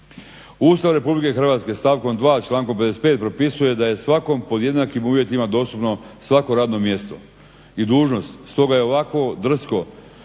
Ustroj Republike Hrvatske stavkom 2. člankom 55. propisuje da je svakom pod jednakim uvjetima dostupno svako radno mjesto i dužnost. Stoga je ovako drsko